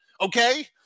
Okay